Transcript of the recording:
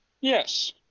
Yes